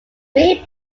main